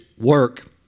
work